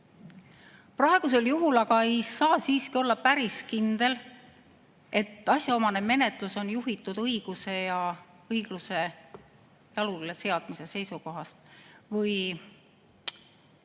Praegusel juhul aga ei saa siiski olla päris kindel, et asjaomane menetlus on juhitud õiguse ja õigluse jaluleseadmise seisukohast, või